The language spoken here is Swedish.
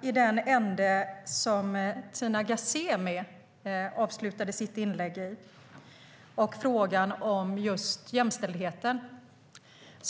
med det som Tina Ghasemi avslutade sitt inlägg med, frågan om jämställdheten.